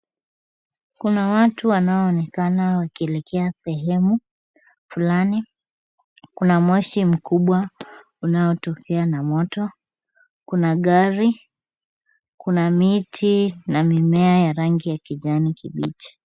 Kuna watu wanaonekana wakielekea sehemu fulani. Kuna moshi mkubwa unaotokea na moto, kuna gari, kuna miti na mimea ya rangi ya kijani kibichi.